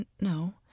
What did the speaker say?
No